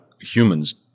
humans